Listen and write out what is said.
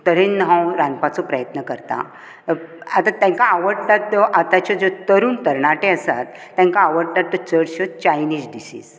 तरेन हांव रांदपाचो प्रयत्न करतां आतां तांकां आवडटा त्यो आतांचें जे तरूण तरणाटें आसात तांकां आवडटा त्यो चडश्यो चाइनीज डिशीस